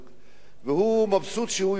והוא מבסוט שהוא יושב על ה"חזוק",